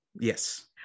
Yes